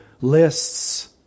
lists